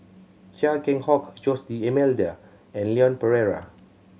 Chia Keng Hock Jose D'Almeida and Leon Perera